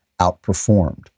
outperformed